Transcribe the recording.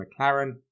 McLaren